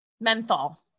menthol